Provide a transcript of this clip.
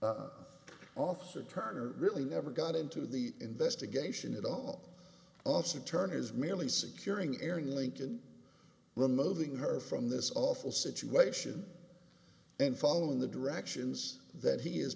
detention officer turner really never got into the investigation at all us attorney is merely securing erring lincoln removing her from this awful situation and following the directions that he is